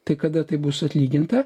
tai kada tai bus atlyginta